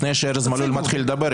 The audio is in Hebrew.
לפני שארז מלול מתחיל לדבר,